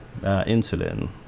insulin